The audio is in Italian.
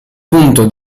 punto